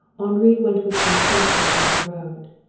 henri went whistling softly down the road.